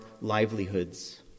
livelihoods